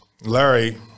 Larry –